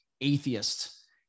atheist